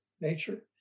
nature